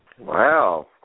Wow